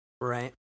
Right